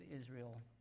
Israel